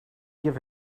give